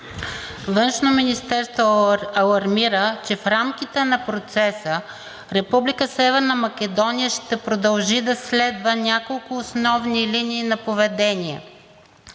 Външно министерство алармира, че в рамките на процеса Република Северна Македония ще продължи да следва няколко основни линии на поведение: